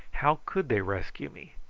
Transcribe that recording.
how could they rescue me,